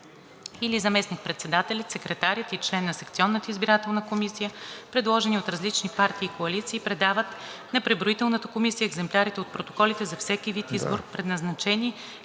или заместник-председателят, секретарят и член на секционната избирателна комисия, предложени от различни партии и коалиции, предават на преброителната комисия екземплярите от протоколите за всеки вид избор, предназначени